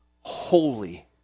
holy